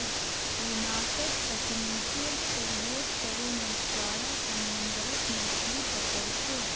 विनाशक तकनीकेर प्रयोग करे मछुआरा समुद्रत मछलि पकड़ छे